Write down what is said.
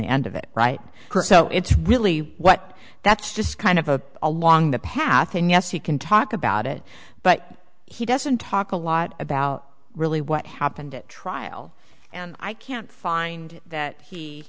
the end of it right so it's really what that's just kind of a along the path and yes he can talk about it but he doesn't talk a lot about really what happened at trial and i can't find that